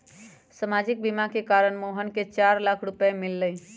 सामाजिक बीमा के कारण मोहन के चार लाख रूपए मिल लय